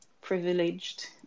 privileged